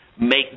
make